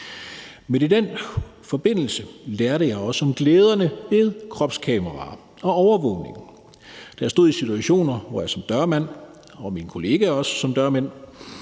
Men i den forbindelse lærte jeg også om glæderne ved kropskameraer og overvågning, når jeg stod i situationer, hvor jeg som dørmand – ligesom mine kollegaer også gjorde